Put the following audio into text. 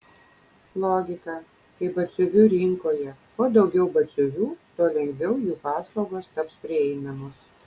logika kaip batsiuvių rinkoje kuo daugiau batsiuvių tuo lengviau jų paslaugos taps prieinamos